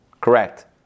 correct